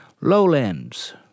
lowlands